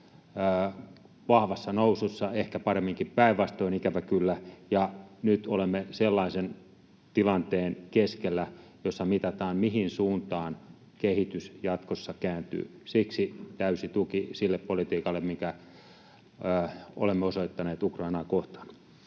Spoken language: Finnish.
vahvassa nousussa, ehkä paremminkin päinvastoin, ikävä kyllä, ja nyt olemme sellaisen tilanteen keskellä, jossa mitataan, mihin suuntaan kehitys jatkossa kääntyy. Siksi täysi tuki sille politiikalle, mitä olemme osoittaneet Ukrainaa kohtaan.